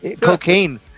Cocaine